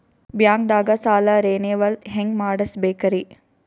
ಬ್ಯಾಂಕ್ದಾಗ ಸಾಲ ರೇನೆವಲ್ ಹೆಂಗ್ ಮಾಡ್ಸಬೇಕರಿ?